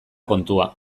kontua